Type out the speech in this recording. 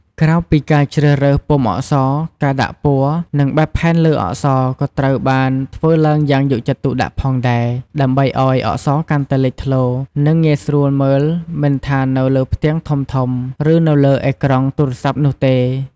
ក្រៅពីការជ្រើសរើសពុម្ពអក្សរ ការដាក់ពណ៌ និងបែបផែនលើអក្សរក៏ត្រូវបានធ្វើឡើងយ៉ាងយកចិត្តទុកដាក់ផងដែរ ដើម្បីឱ្យអក្សរកាន់តែលេចធ្លោ និងងាយស្រួលមើលមិនថានៅលើផ្ទាំងធំៗ ឬនៅលើអេក្រង់ទូរសព្ទនោះទេ ។